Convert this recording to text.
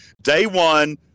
day-one